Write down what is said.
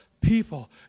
people